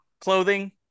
clothing